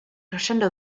crescendo